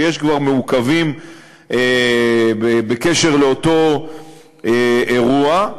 שיש כבר מעוכבים בקשר לאותו אירוע.